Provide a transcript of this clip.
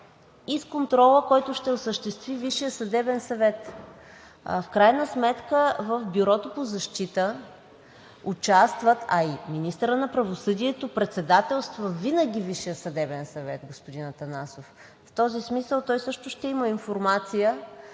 и с контрола, който ще осъществи Висшият съдебен съвет. В крайна сметка в Бюрото по защита участват, а и министърът на правосъдието председателства винаги Висшия съдебен съвет, господин Атанасов. В този смисъл той също ще има информация